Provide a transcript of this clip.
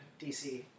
dc